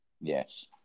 Yes